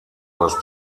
was